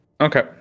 Okay